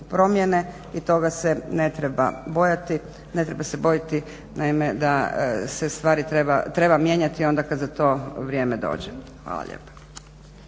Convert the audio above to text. promjene i toga se ne treba bojati, ne treba se bojati naime da se stvari trebaju mijenjati onda kad za to vrijeme dođe. Hvala lijepa.